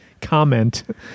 comment